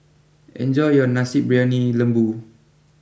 enjoy your Nasi Briyani Lembu